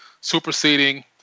superseding